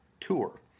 tour